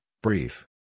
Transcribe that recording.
brief